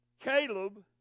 Caleb